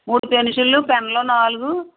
మూడు పెన్సిళ్ళు పెన్నులు నాలుగు